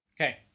Okay